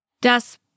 Das